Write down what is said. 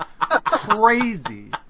crazy